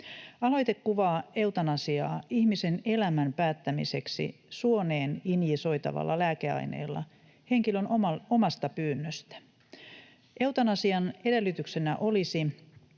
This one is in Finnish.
Aloite kuvaa eutanasiaa ihmisen elämän päättämiseksi suoneen injisoitavalla lääkeaineella henkilön omasta pyynnöstä. Eutanasian edellytyksenä olisi,